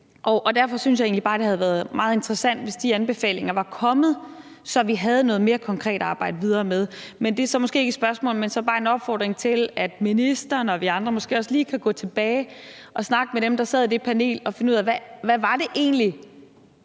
og derfor synes jeg egentlig bare, at det havde været meget interessant, hvis de anbefalinger var kommet, så vi havde noget mere konkret at arbejde videre med. Men det er måske ikke et spørgsmål, men så bare en opfordring til, at ministeren og vi andre måske også lige kan gå tilbage og snakke med dem, der sad i det panel, og finde ud af, hvad det egentlig